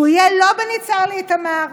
שהוא יהיה לא בין יצהר לאיתמר,